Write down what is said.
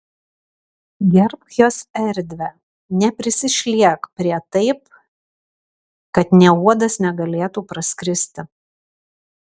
gerbk jos erdvę neprisišliek prie taip kad nė uodas negalėtų praskristi